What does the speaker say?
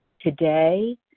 today